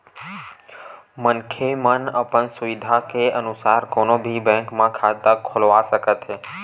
मनखे मन अपन सुबिधा के अनुसार कोनो भी बेंक म खाता खोलवा सकत हे